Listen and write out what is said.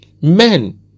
men